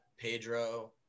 Pedro